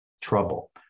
trouble